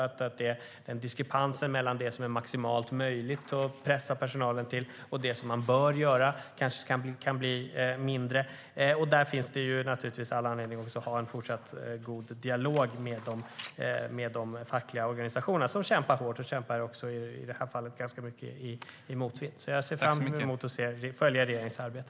Det handlar om att diskrepansen mellan det som är maximalt möjligt att pressa personalen till och det som man bör göra kanske kan bli mindre. Där finns det naturligtvis all anledning att ha en fortsatt god dialog med de fackliga organisationerna, som kämpar hårt, och i det här fallet ganska mycket i motvind. Jag ser fram emot att följa regeringens arbete.